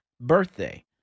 birthday